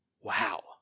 Wow